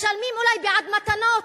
משלמים אולי בעד מתנות,